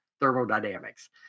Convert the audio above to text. thermodynamics